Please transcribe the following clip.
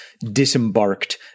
disembarked